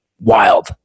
Wild